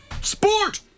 Sport